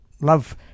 love